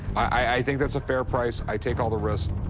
i think that's a fair price. i take all the risk.